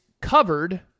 covered